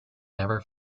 never